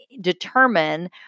determine